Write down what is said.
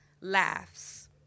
laughs